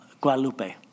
Guadalupe